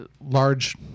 large